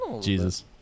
Jesus